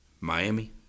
Miami